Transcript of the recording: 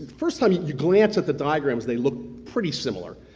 first time you glance at the diagrams, they look pretty similar,